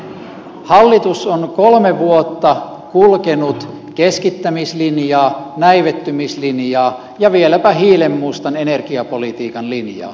kuten tiivistin hallitus on kolme vuotta kulkenut keskittämislinjaa näivettymislinjaa ja vieläpä hiilenmustan energiapolitiikan linjaa